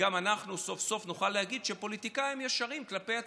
וגם אנחנו סוף-סוף נוכל להגיד שהפוליטיקאים ישרים כלפי הציבור.